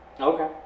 okay